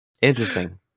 Interesting